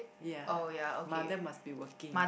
ya mother must be working